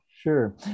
Sure